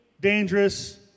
dangerous